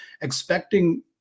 expecting